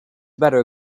better